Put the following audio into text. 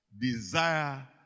desire